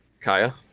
Kaya